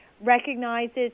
recognizes